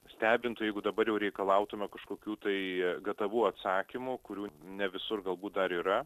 stebintų jeigu dabar jau reikalautume kažkokių tai gatavų atsakymų kurių ne visur galbūt dar yra